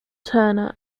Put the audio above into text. turner